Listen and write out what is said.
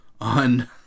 on